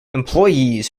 employees